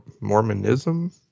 Mormonism